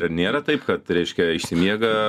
ir nėra taip kad reiškia išsimiega